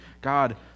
God